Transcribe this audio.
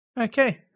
okay